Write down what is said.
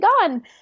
gone